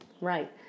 Right